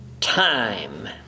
time